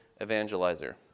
evangelizer